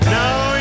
now